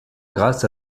grâce